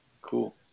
Cool